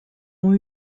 ont